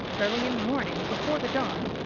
early in the morning, before the dawn,